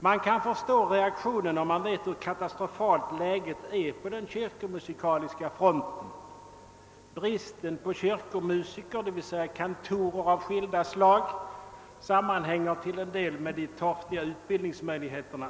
Man kan förstå denna reaktion, om man vet hur katastrofalt läget är på den kyrkomusikaliska fronten. Bristen på kyrkomusiker, d.v.s. kantorer av skilda slag, sammanhänger till en del med de torftiga utbildningsmöjligheterna.